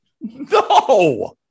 No